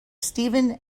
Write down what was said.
stephen